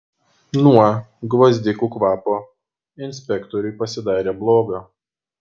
nuo gvazdikų kvapo inspektoriui pasidarė bloga